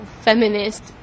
feminist